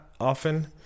often